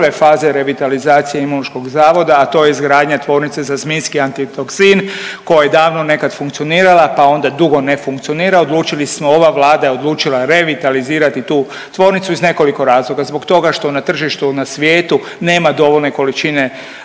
faze revitalizacije Imunološkog zavoda, a to je izgradnja tvornice za zmijski antitoksin koja je davno nekad funkcionirala pa onda dugo ne funkcionira, odlučili smo, ova Vlada je odlučila revitalizirati tu tvornicu iz nekoliko razloga zbog toga što na tržištu na svijetu nema dovoljne količine